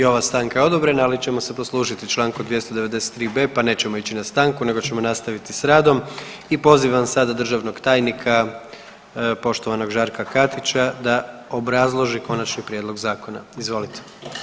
I ova stanka je odobrena, ali ćemo se poslužiti čl. 293.b., pa nećemo ići na stanku nego ćemo nastaviti s radom i pozivam sada državnog tajnika poštovanog Žarka Katića da obrazloži konačni prijedlog zakona, izvolite.